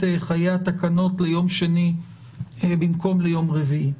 חיי התקנות ליום שני במקום ליום רביעי?